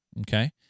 Okay